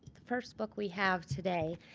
the first book we have today.